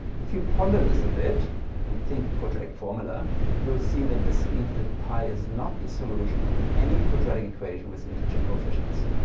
if you ponder this a bit and think quadratic formula you'll see that this means that pi is not the solution of any quadratic equation with integer coefficients.